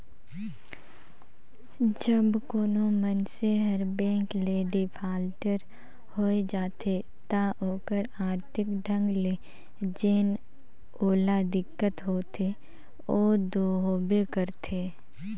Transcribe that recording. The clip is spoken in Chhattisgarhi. जब कोनो मइनसे हर बेंक ले डिफाल्टर होए जाथे ता ओहर आरथिक ढंग ले जेन ओला दिक्कत होथे ओ दो होबे करथे